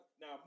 Now